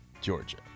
Georgia